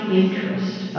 interest